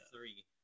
three